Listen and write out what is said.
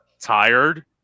tired